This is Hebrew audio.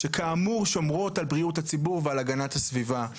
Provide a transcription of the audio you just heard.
שכאמור שומרות על בריאות הציבור ועל הגנת הסביבה.